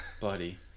buddy